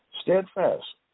steadfast